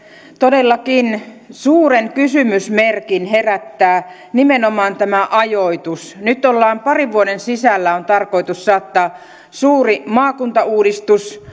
todellakin suuren kysymysmerkin herättää nimenomaan tämä ajoitus nyt on parin vuoden sisällä tarkoitus saattaa suuri maakuntauudistus